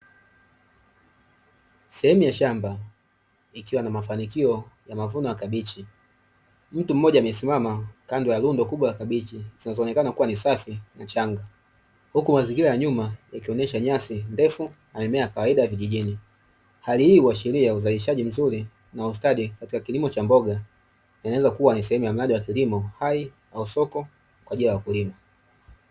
Sehemu ya shamba ikiwa na mafanikio ya mavuno ya kabichi. Mtu mmoja akiwa amesimama kando ya lundo kubwa la kabichi zinazoonekana kuwa ni safi na changa, huku mazingira ya nyuma yakionesha nyasi ndefu na mimea ya kawaida ya kijijini. Hali hii uashiria uzalishaji mzuri na ustadi katika kilimo cha mboga inaweza kuwa sehemu ya mradi hai au soko kwa ajili ya wakulima.